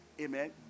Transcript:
Amen